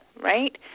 right